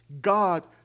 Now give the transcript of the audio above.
God